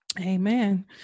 Amen